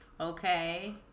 Okay